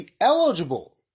eligible